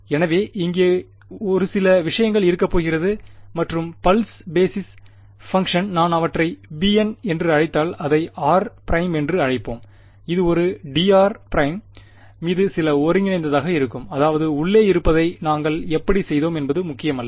எனவே இங்கே ஒரு சில விஷயங்கள் இருக்கப் போகிறது மற்றும் பல்ஸ் பேஸிஸ் பங்க்ஷன் நான் அவற்றை bn என்று அழைத்தால் அதை r′ என்று அழைப்போம் இது ஒரு dr′ மீது சில ஒருங்கிணைந்ததாக இருக்கும் அதாவது உள்ளே இருப்பதை நாங்கள் எப்படி செய்தோம் என்பது முக்கியமல்ல